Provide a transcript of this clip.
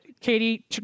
Katie